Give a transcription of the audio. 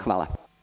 Hvala.